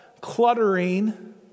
Cluttering